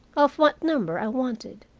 of what number i wanted.